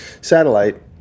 satellite